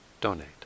donate